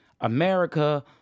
America